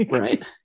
Right